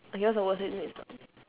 I guess that's the worst way to meet some~